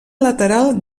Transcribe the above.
lateral